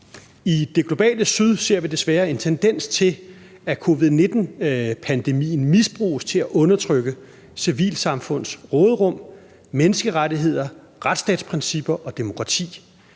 I det globale Syd ser vi desværre en tendens til, at covid-19-pandemien misbruges til at undertrykke civilsamfunds råderum, menneskerettigheder, retsstatsprincipper og demokrati.